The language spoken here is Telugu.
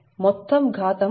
మొత్తం ఘాతం149 Ds r7D122